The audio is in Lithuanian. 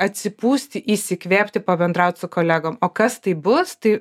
atsipūsti įsikvėpti pabendraut su kolegom kas tai bus tai